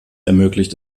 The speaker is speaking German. ermöglicht